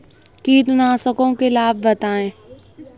कीटनाशकों के लाभ बताएँ?